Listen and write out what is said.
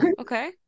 Okay